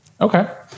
Okay